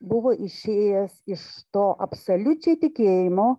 buvo išėjęs iš to absoliučiai tikėjimo